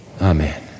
Amen